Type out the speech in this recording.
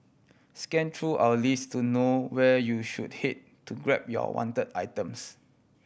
scan through our list to know where you should head to grab you are wanted items